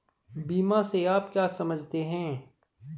बीमा से आप क्या समझते हैं?